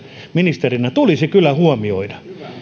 ministerinä tulisi kyllä huomioida